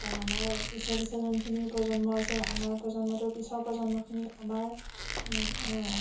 বা আমাৰ পিছে পিছে যোনখিনি প্ৰজন্ম আছে আমাৰ প্ৰজন্মটোৰ পিছৰ প্ৰজন্মখিনি আমাৰ